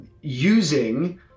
using